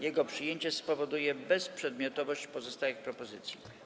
Jego przyjęcie spowoduje bezprzedmiotowość pozostałych propozycji.